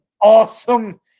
awesome